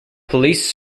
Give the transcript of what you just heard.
police